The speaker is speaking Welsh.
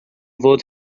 fod